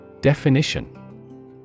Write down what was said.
Definition